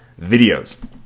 videos